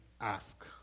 ask